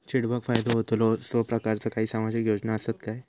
चेडवाक फायदो होतलो असो प्रकारचा काही सामाजिक योजना असात काय?